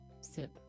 Sip